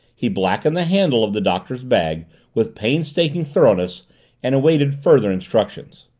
he blackened the handle of the doctor's bag with painstaking thoroughness and awaited further instructions.